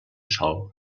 sol